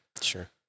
Sure